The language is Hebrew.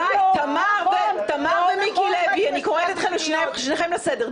די, תמר ומיקי לוי, אני קוראת את שניכם לסדר.